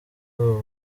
uwo